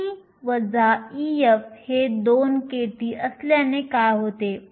E Ef हे 2 kT असल्याने काय होते